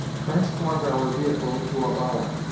transformed our vehicle into a bower.